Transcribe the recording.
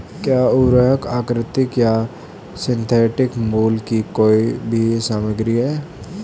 एक उर्वरक प्राकृतिक या सिंथेटिक मूल की कोई भी सामग्री है